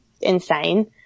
insane